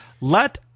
Let